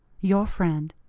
your friend,